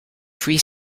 free